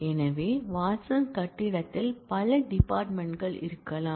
எனவே வாட்சன் கட்டிடத்தில் பல டிபார்ட்மென்ட் கள் இருக்கலாம்